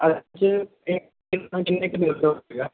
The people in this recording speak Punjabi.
ਅੱਜ